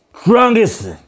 strongest